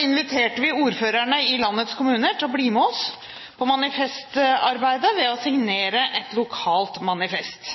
inviterte vi ordførerne i landets kommuner til å bli med oss på manifestarbeidet ved å signere et lokalt manifest.